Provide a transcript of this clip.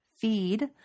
feed